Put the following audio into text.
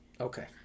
Okay